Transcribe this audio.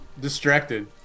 distracted